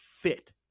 fit